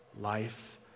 Life